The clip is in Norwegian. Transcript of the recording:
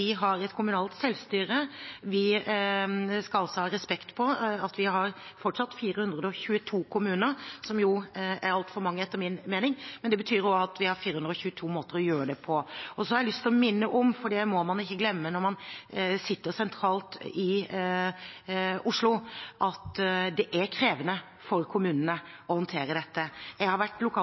har et kommunalt selvstyre. Vi skal også ha respekt for at vi fortsatt har 422 kommuner, som er altfor mange etter min mening, men det betyr også at vi har 422 måter å gjøre det på. Så har jeg lyst til å minne om, for det må man ikke glemme når man sitter sentralt i Oslo, at det er krevende for kommunene å håndtere dette. Jeg har vært